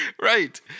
Right